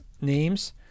names